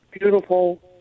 beautiful